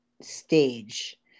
stage